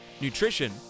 nutrition